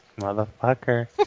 motherfucker